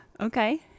Okay